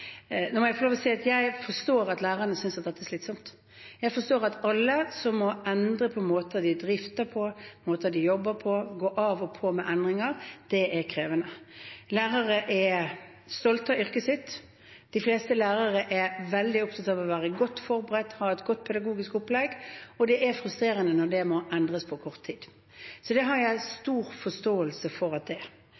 Nå må jeg få lov til å si at jeg forstår at lærerne synes at dette er slitsomt. Jeg forstår at det er krevende for alle som må endre på måter de drifter på, måter de jobber på, og som må gå av og på med endringer. Lærere er stolte av yrket sitt. De fleste lærere er veldig opptatt av å være godt forberedt og ha et godt pedagogisk opplegg, og det er frustrerende når det må endres på kort tid. Så det har